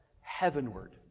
heavenward